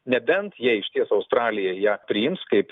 nebent jei išties australija ją priims kaip